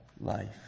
life